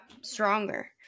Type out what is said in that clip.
stronger